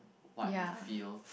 what you feel